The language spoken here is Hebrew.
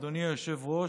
אדוני היושב-ראש,